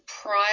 prior